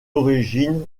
originaire